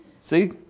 See